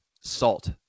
Salt